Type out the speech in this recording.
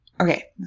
okay